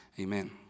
amen